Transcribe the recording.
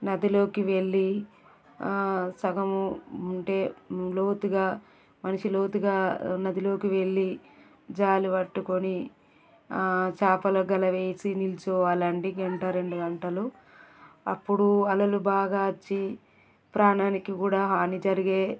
నదిలోకి వెళ్ళి సగము ఉంటే లోతుగా మనిషి లోతుగా నదిలోకి వెళ్ళి జాలు పట్టుకొని చేపలకి గల వేసి నిలుచోవాలి అండి గంట రెండు గంటలు అప్పుడూ అలలు బాగా వచ్చి ప్రాణానికి కూడా హాని జరిగే